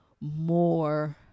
more